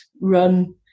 run